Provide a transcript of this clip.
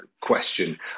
question